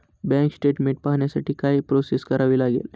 Bank statement पाहण्यासाठी काय process करावी लागेल?